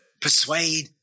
persuade